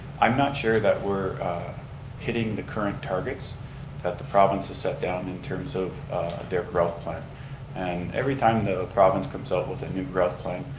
i'm not sure that we're hitting the current targets that the provinces set down in terms of their growth plan and every time the province comes up with a new growth plan,